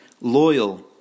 loyal